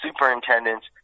superintendents